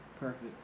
Perfect